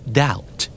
doubt